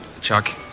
Chuck